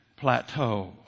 plateau